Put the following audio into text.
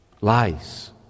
Lies